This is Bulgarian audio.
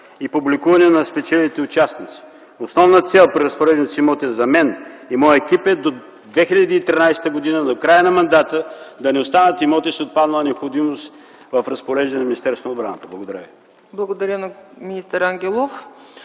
и публикуване на спечелилите участници. Основна цел при разпореждането с имоти за мен и моя екип е до 2013 г., до края на мандата, да не остават имоти с отпаднала необходимост в разпореждане на Министерството на отбраната. Благодаря ви. ПРЕДСЕДАТЕЛ ЦЕЦКА